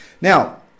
Now